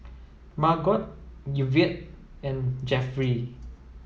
Margot Yvette and Jeffry